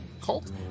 Cult